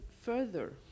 further